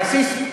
רסיס.